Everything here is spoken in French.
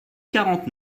quarante